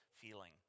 feeling